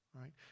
right